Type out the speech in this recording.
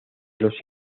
los